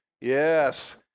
yes